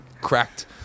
cracked